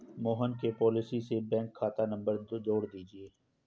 मोहन के पॉलिसी से बैंक खाता नंबर जोड़ दीजिए